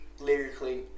Lyrically